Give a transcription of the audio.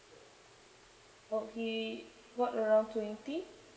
oh he what around twenty